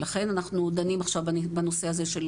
ולכן אנחנו דנים עכשיו בנושא הזה של